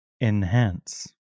Enhance